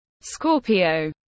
Scorpio